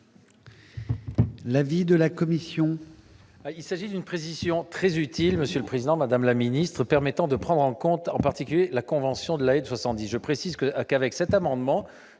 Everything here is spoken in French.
l'avis de la commission